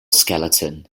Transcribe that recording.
skeleton